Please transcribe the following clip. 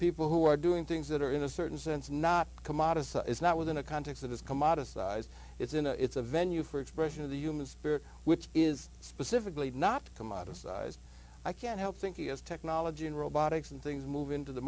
people who are doing things that are in a certain sense not commodity is not within the context of this come out of size it's in a it's a venue for expression of the human spirit which is specifically not to modest sized i can't help thinking as technology in robotics and things move into the